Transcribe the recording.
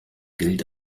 gilt